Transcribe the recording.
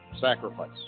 sacrifice